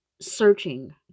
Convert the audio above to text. searching